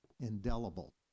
indelible